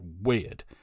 weird